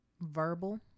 verbal